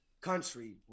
country